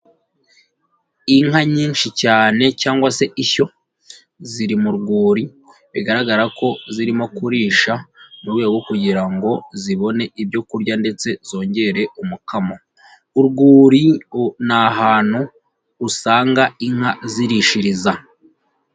Inka nyinshi cyane cyangwa se ishyo, ziri mu rwuri bigaragara ko zirimo kurisha mu rwego rwo kugira ngo zibone ibyo kurya ndetse zongere umukamo, urwuri ni ahantu usanga inka zirishiriza.